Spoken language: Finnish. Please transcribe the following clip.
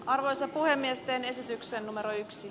arvoisa puhemiestään esityksen numero yksi